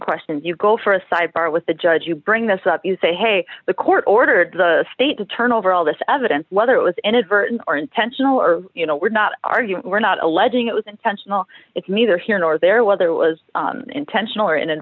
questions you go for a sidebar with the judge you bring this up you say hey the court ordered the state to turn over all this evidence whether it was inadvertent or intentional or you know we're not arguing we're not alleging it was intentional it's neither here nor there whether it was intentional or in